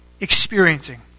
experiencing